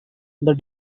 the